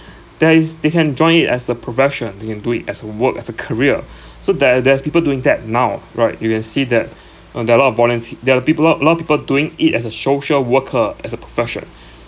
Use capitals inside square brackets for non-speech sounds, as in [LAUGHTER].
there is they can join it as a profession they can do it as a work as a career [BREATH] so there there is people doing that now right you can see that [BREATH] uh there are a lot of volunt there are people a lot of people doing it as a social worker as a profession [BREATH]